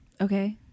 Okay